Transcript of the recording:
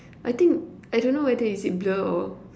I think I don't know whether is it blur or